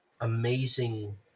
amazing